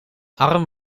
arm